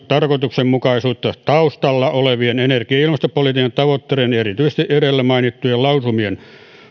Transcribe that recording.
tarkoituksenmukaisuutta taustalla olevien energia ja ilmastopolitiikan tavoitteiden ja erityisesti edellä mainittujen lausumien